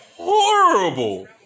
horrible